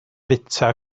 fwyta